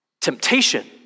temptation